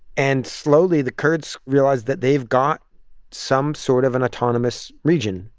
and slowly, the kurds realize that they've got some sort of an autonomous region,